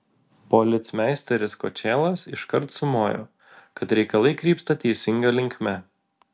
policmeisteris kočėlas iškart sumojo kad reikalai krypsta teisinga linkme